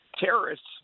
terrorists